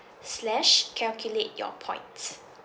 slash calculate your points